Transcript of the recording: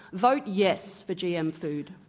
vote yes for gm food.